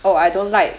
oh I don't like